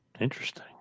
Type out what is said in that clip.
Interesting